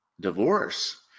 divorce